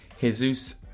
Jesus